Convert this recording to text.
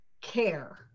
care